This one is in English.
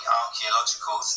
archaeological